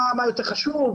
מה יותר חשוב,